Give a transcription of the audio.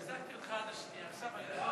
נראה אותך קורא קריאת ביניים לעצמך.